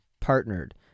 partnered